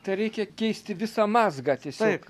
tai reikia keisti visą mazgą